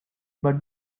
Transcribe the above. but